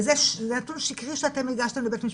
וזה נתון שקרי שאתם הגשתם בבית משפט,